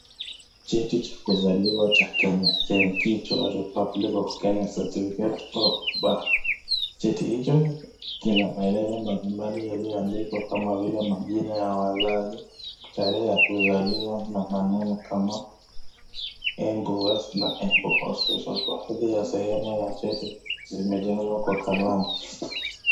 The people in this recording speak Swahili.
Cheti cha kuzaliwa cha Kenya chenye kichwa Republic of Kenya Certificate of Birth . Cheti hicho kina maelezo mbalimbali yaliyoandikwa kama vile majina ya wazazi, tarehe ya kuzaliwa na maneno kama Embu West na Embu Hospital . Baadhi ya sehemu ya cheti zimejazwa kwa kalamu.